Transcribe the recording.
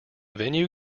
venue